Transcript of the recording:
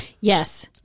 Yes